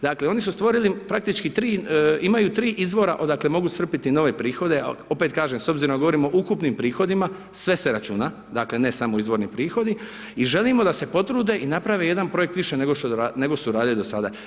Dakle, oni su stvorili praktički, imaju 3 izvora odakle mogu iscrpiti nove prihode, a opet kažem, s obzirom da govorim o ukupnim prihodima, sve se računa, dakle, ne samo izvorni prihodi i želimo da se potrude i naprave jedan projekt više nego što su radili do sada.